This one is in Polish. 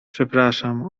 przepraszam